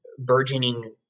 Burgeoning